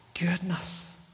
goodness